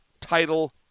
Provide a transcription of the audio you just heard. title